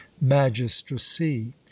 magistracy